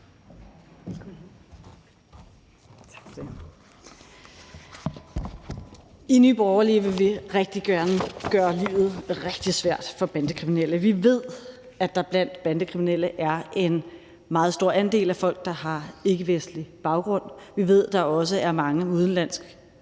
I Nye Borgerlige vil vi rigtig gerne gøre livet rigtig svært for bandekriminelle. Vi ved, at der blandt bandekriminelle er en meget stor andel af folk, der har ikkevestlig baggrund. Vi ved, at der også er mange med udenlandsk